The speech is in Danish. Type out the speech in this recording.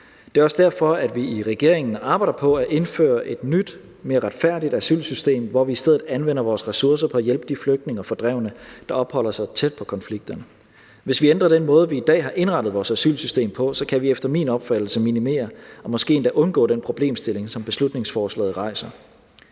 Det er også derfor, vi i regeringen arbejder på at indføre et nyt og mere retfærdigt asylsystem, hvor vi i stedet anvender vores ressourcer på at hjælpe de flygtninge og fordrevne, der opholder sig tæt på konflikterne. Hvis vi ændrer den måde, vi i dag har indrettet vores asylsystem på, kan vi efter min opfattelse minimere og måske endda undgå den problemstilling, som beslutningsforslaget rejser.